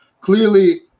clearly